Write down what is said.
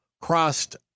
crossed